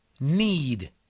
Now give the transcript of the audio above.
need